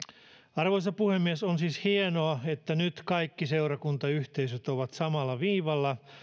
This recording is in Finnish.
arvoisa puhemies on siis hienoa että nyt kaikki seurakuntayhteisöt ovat samalla viivalla